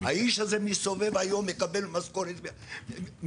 האיש הזה מסתובב היום, מקבל משכורת מהנמל,